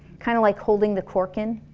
kind of like holding the cork in,